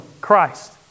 Christ